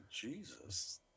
Jesus